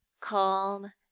calm